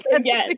yes